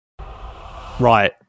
Right